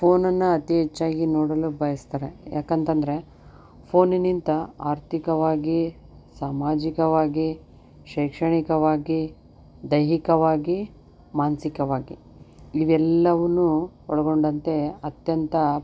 ಫೋನನ್ನ ಅತೀ ಹೆಚ್ಚಾಗಿ ನೋಡಲು ಬಯಸ್ತಾರೆ ಯಾಕಂತಂದರೆ ಫೋನಿನಿಂದ ಆರ್ಥಿಕವಾಗಿ ಸಾಮಾಜಿಕವಾಗಿ ಶೈಕ್ಷಣಿಕವಾಗಿ ದೈಹಿಕವಾಗಿ ಮಾನಸಿಕವಾಗಿ ಇದೆಲ್ಲವನ್ನು ಒಳಗೊಂಡಂತೆ ಅತ್ಯಂತ